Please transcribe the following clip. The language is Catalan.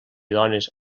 dones